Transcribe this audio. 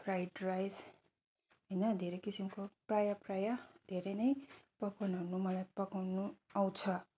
fried rice होइन धेरै किसिमको प्रायः प्रायः धेरै नै पकवानहरू मलाई पकाउनु आउँछ